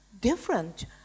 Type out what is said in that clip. different